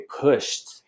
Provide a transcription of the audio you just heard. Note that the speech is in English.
pushed